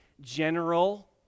general